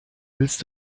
willst